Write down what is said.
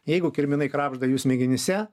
jeigu kirminai krebžda jų smegenyse